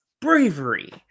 bravery